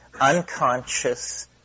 unconscious